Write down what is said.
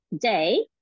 day